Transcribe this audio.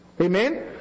Amen